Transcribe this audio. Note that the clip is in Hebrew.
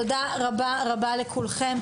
תודה רבה רבה לכולכם,